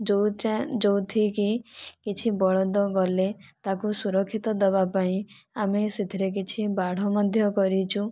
ଯେଉଁଟା ଯେଉଁଠିକି କିଛି ବଳଦ ଗଲେ ତାକୁ ସୁରକ୍ଷିତ ଦେବା ପାଇଁ ଆମେ ସେଥିରେ କିଛି ବାଡ଼ ମଧ୍ୟ କରିଛୁ